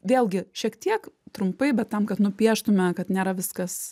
vėlgi šiek tiek trumpai bet tam kad nupieštume kad nėra viskas